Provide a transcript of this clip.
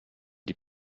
die